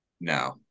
No